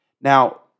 now